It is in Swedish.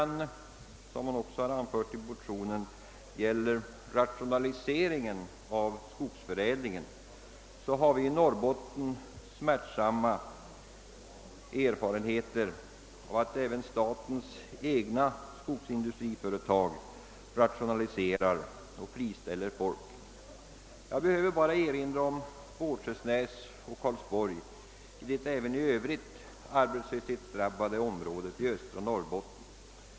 När det gäller rationaliseringen av skogsförädlingen, som man också tagit upp i motionen, har vi i Norrbotten smärtsamma erfarenheter av att även statens egna skogsindustriföretag rationaliserar och friställer folk. Jag behöver bara erinra om Båtskärsnäs och Karlsborg i det även i övrigt arbetslöshetsdrabbade området i östra Norrbotten.